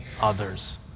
others